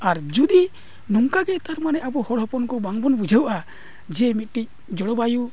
ᱟᱨ ᱡᱩᱫᱤ ᱱᱚᱝᱠᱟ ᱜᱮ ᱛᱟᱨ ᱢᱟᱱᱮ ᱟᱵᱚ ᱦᱚᱲ ᱦᱚᱯᱚᱱ ᱠᱚ ᱵᱟᱝᱵᱚᱱ ᱵᱩᱡᱷᱟᱹᱜᱼᱟ ᱡᱮ ᱢᱤᱫᱤᱡ ᱡᱚᱞᱚᱵᱟᱭᱩ